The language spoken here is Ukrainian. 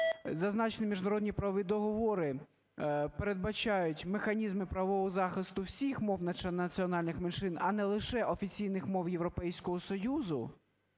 зазначені міжнародні правові договори передбачають механізми правового захисту всіх мов національних меншин, а не лише офіційних мов Європейського Союзу.